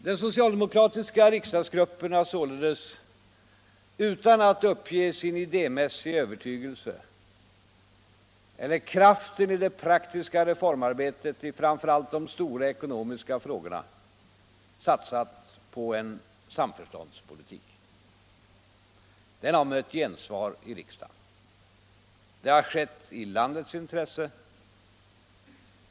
Den socialdemokratiska riksdagsgruppen har således, utan att uppge sin idémässiga övertygelse eller kraften i det praktiska reformarbetet i framför allt de stora ekonomiska frågorna, satsat på en samförståndspolitik. Den har mött gensvar i riksdagen. Det har skett i landets intresse.